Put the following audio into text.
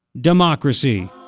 democracy